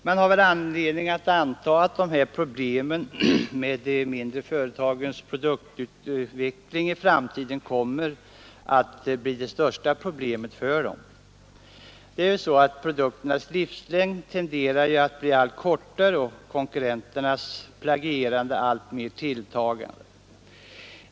Man har väl anledning att anta att dessa problem med de mindre företagens produktutveckling i framtiden kommer att bli deras största bekymmer. Produkternas livslängd tenderar att bli allt kortare och konkurrenternas plagierande alltmer tilltagande.